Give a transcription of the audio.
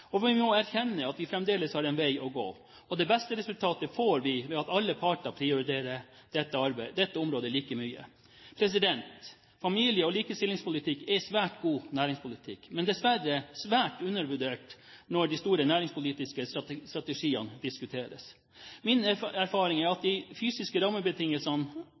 Og vi må erkjenne at vi fremdeles har en vei å gå. Det beste resultatet får vi ved at alle parter prioriterer dette området like mye. Familie- og likestillingspolitikk er svært god næringspolitikk, men dessverre svært undervurdert når de store næringspolitiske strategiene diskuteres. Min erfaring er at det er de fysiske rammebetingelsene